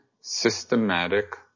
systematic